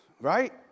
right